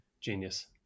genius